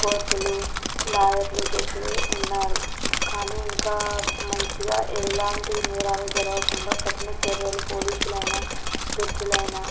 కోర్టులు లాయర్లు జడ్జిలు ఉన్నారు కానీ ఇంకా మంచిగా ఎలాంటి నేరాలు జరుగకుండా కఠిన చర్యలు పోలీసులైనా జడ్జిలైనా